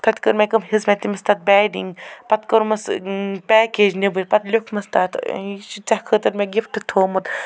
پتہٕ کٔر مےٚ کٲم ہیژ مےٚ تٔمِس تتھ بیڈنٛگ پتہٕ کٔرمس پیکیج نیبٕر پتہٕ لیکھومس تتھ یہِ چھِ ژےٚ خٲطر مےٚ گفٹ تھومُت